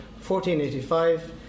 1485